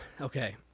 Okay